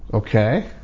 Okay